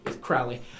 Crowley